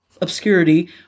obscurity